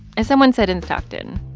as someone said in stockton,